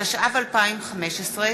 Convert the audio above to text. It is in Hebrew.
התשע"ו 2015,